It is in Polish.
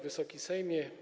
Wysoki Sejmie!